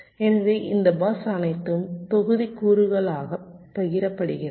எனவே இந்த பஸ் அனைத்து தொகுதிக்கூறுகளாலும் பகிரப்படுகிறது